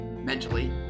mentally